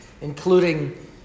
including